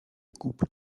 couple